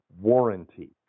warranty